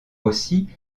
aussi